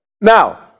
Now